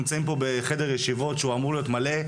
אנחנו נמצאים בחדר ישיבות שאמור להיות מלא,